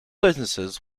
businesses